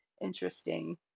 interesting